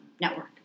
network